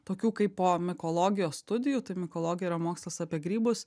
tokių kaip po mikologijos studijų mikologija yra mokslas apie grybus